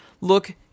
look